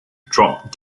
drop